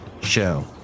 show